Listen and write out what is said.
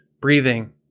breathing